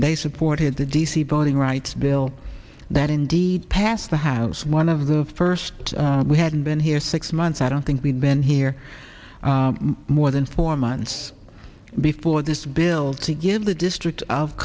they supported the d c voting rights bill that indeed passed the house one of the first we hadn't been here six months i don't think we've been here more than four months before this bill to give the district of